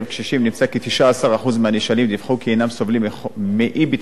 19% מהנשאלים דיווחו כי הם סובלים מאי-ביטחון תזונתי,